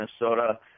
Minnesota